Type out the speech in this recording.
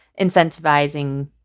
incentivizing